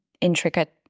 intricate